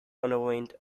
underwent